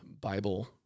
Bible